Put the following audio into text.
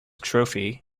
trophy